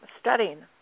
studying